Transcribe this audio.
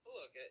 Look